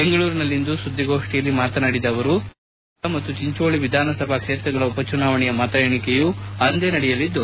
ಬೆಂಗಳೂರಿನಲ್ಲಿಂದು ಸುದ್ದಿಗೋಷ್ಠಿಯಲ್ಲಿ ಮಾತನಾಡಿದ ಅವರು ರಾಜ್ಯದ ಕುಂದಗೋಳ ಮತ್ತು ಚಿಂಚೋಳಿ ವಿಧಾನಸಭಾ ಕ್ಷೇತ್ರಗಳ ಉಪಚುನಾವಣೆಯ ಮತ ಎಣಿಕೆಯೂ ಅಂದೇ ನಡೆಯಲಿದ್ದು